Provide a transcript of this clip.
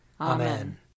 Amen